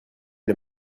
est